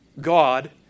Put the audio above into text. God